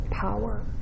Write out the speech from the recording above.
power